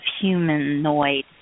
humanoid